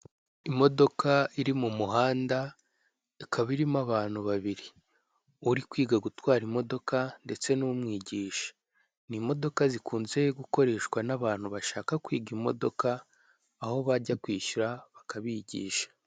Imodoka iri mu muhanda ikaba irimo abantu babiri, uri kwiga gutwara imodoka ndetse n'umwigisha. Ni imkdoka zikunzwe gukoreshwa n'abantu bashaka kwiga imodoka aho bajya kwishyura bakabigisha.